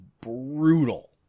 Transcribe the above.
brutal